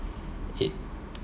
it